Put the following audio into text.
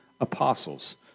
apostles